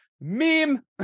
Meme